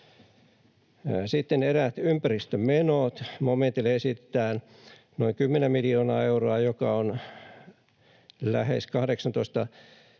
Sitten eräät ympäristömenot: momentille esitetään noin 10 miljoonaa euroa, joka on lähes 18